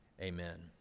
Amen